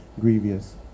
grievous